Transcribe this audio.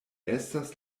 estas